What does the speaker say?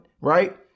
right